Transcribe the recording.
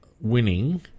winning